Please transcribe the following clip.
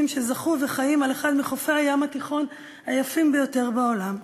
שזכו וחיים על אחד מחופי הים התיכון היפים ביותר בעולם,